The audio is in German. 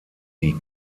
die